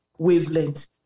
Wavelength